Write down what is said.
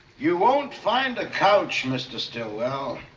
you won't find a couch, mr. stillwell.